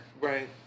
Right